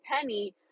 penny